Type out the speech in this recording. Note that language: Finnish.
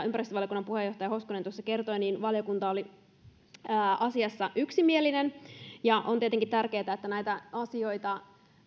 ympäristövaliokunnan puheenjohtaja hoskonen tuossa kertoi niin valiokunta oli asiassa yksimielinen ja on tietenkin tärkeätä että näitä asioita